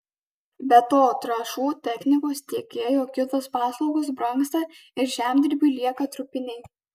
be to trąšų technikos tiekėjų kitos paslaugos brangsta ir žemdirbiui lieka trupiniai